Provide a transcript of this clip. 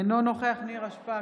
אינו נוכח נירה שפק,